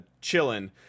chilling